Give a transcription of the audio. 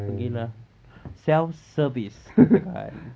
pergi lah self service silakan